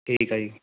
ਠੀਕ ਆ ਜੀ